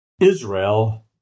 Israel